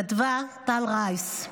כתבה טל רייס: